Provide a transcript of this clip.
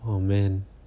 !aww! man